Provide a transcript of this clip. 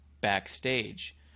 backstage